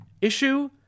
issue